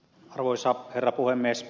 arvoisa herra puhemies